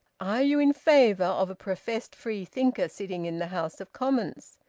are you in favour of a professed freethinker sitting in the house of commons?